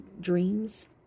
dreams